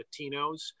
Latinos